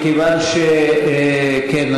מכיוון שכן,